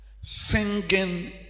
singing